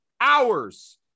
hours